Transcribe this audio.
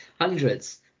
hundreds